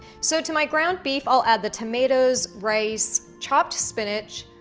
so to my ground beef, i'll add the tomatoes, rice, chopped spinach,